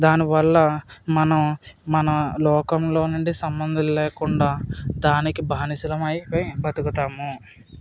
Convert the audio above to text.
దాని వల్ల మనం మన లోకంలో నుండి సంబంధం లేకుండా దానికి బానిసలు అయ్యి బతుకుతాము